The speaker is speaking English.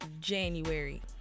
January